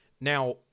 Now